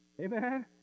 Amen